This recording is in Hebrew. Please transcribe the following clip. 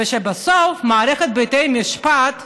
ובסוף מערכת בתי המשפט יודעת,